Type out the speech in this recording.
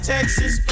Texas